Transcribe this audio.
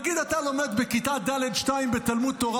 נניח שאתה לומד בכיתה ד'2 בתלמוד תורה